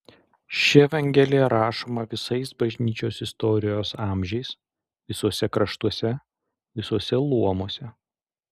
ši evangelija rašoma visais bažnyčios istorijos amžiais visuose kraštuose visuose luomuose